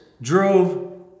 drove